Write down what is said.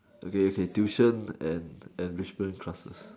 okay okay tuition and enrichment classes